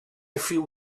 feel